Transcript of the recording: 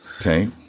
okay